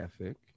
ethic